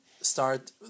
start